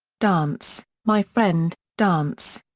dance, my friend, dance.